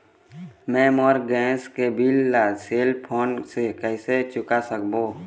मैं मोर गैस के बिल ला सेल फोन से कइसे चुका सकबो?